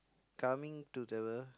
coming to the